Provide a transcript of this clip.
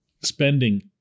spending